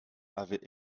avait